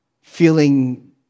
Feeling